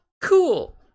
cool